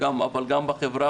היום יום שני בשבוע,